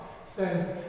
says